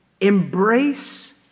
Embrace